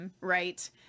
Right